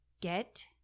get